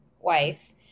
wife